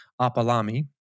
Apalami